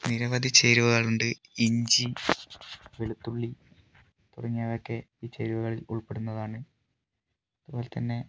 നിരവധി ചേരുവകകൾ ഉണ്ട് ഇഞ്ചി വെളുത്തുള്ളി തുടങ്ങിയവയൊക്കെ ഈ ചേരുവകകളിൽ ഉൾപ്പെടുന്നതാണ് അതുപോലെതന്നെ